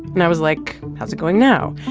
and i was like, how's it going now?